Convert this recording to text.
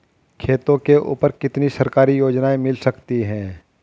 खेतों के ऊपर कितनी सरकारी योजनाएं मिल सकती हैं?